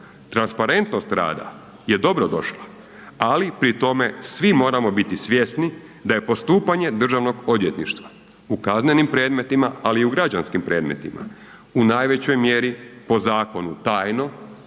Transparentnost rada je dobrodošla, ali pri tome svi moramo biti svjesni da je postupanje državnog odvjetništva u kaznenim predmetima, ali i u građanskim predmetima u najvećoj mjeri po zakonu tajno